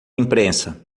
imprensa